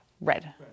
red